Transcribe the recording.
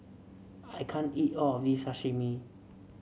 I can't eat all of this Sashimi